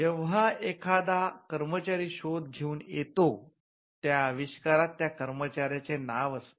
जेव्हा एखादा कर्मचारी शोध घेऊन येतो त्या आविष्कारात त्या कर्मचाऱ्याचे नाव असते